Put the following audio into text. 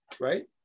right